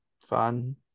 fun